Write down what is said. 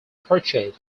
purchased